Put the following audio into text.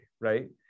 right